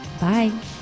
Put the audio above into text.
Bye